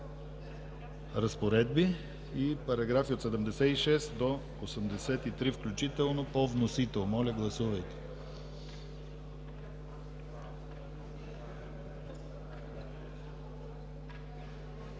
разпоредби“ и параграфи от 76 до 83 включително по вносител. Моля, гласувайте.